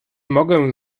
mogę